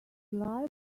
lie